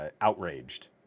outraged